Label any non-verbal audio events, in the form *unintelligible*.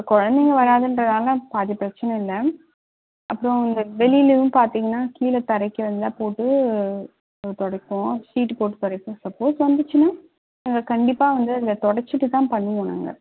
குழந்தைங்க வராதுன்றனால் அது பிரச்சனை இல்லை அப்புறம் இந்த வெளிலையும் பார்த்தீங்கன்னா கீழே தரைக்கு *unintelligible* போட்டு துடைப்போம் ஷீட்டு போட்டு துடைப்போம் சப்போஸ் வந்துச்சுன்னா நாங்கள் கண்டிப்பாக வந்து அதை தொடச்சுட்டு தான் பண்ணுவோம் நாங்கள்